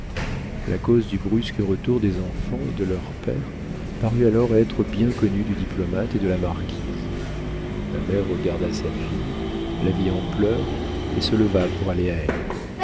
la cause du brusque retour des enfants et de leur père parut alors être bien connue du diplomate et de la marquise la mère regarda sa fille la vit en pleurs et se leva pour aller à elle